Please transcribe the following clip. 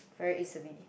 very easily